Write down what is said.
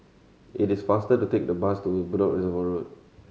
it is faster to take the bus to Reservoir Road